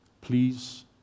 please